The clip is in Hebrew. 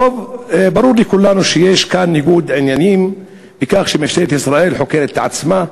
ברור לכולנו שיש כאן ניגוד עניינים בכך שמשטרת ישראל חוקרת את עצמה,